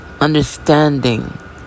understanding